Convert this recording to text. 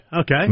Okay